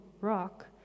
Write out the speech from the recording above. rock